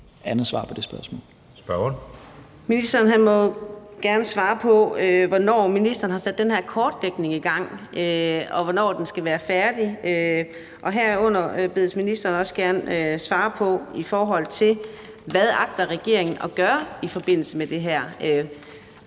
andet svar på det spørgsmål.